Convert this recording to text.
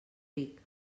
ric